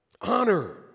Honor